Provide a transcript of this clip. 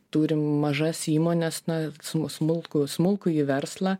turim mažas įmones na smu smulkų smulkųjį verslą